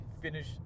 finish